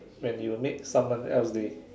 when you made someone else's day